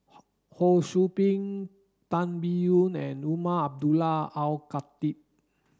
Ho Sou Ping Tan Biyun and Umar Abdullah Al Khatib